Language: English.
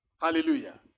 Hallelujah